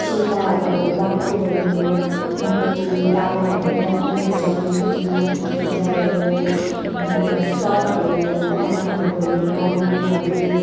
शेर्पाहरूको बख्खु भयो मुनिपटि तामाङहरूकोम् बख्खु हुन्छ मुनिपट्टि माथि खेञ्जा भयो मुनि भयो सर्ट भयो गहनाहरू भयो नौगेडीहरू